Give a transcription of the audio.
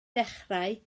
dechrau